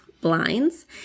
blinds